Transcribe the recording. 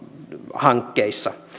hankkeissa